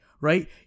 Right